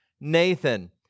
Nathan